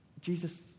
Jesus